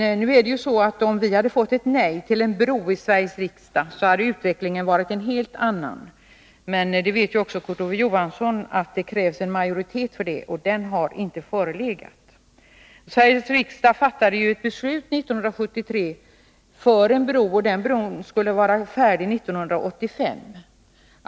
Om vi hade fått ett nej till en bro i Sveriges riksdag, hade ju utvecklingen varit en helt annan. Men också Kurt Ove Johansson vet att det krävs en majoritet för ett beslut, och den har inte förelegat. Riksdagen fattade ett beslut 1973 enligt vilket en bro skulle vara färdig 1985.